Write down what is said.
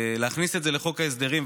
להכניס את זה לחוק ההסדרים,